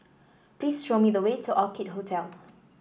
please show me the way to Orchid Hotel